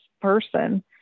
person